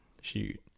Shoot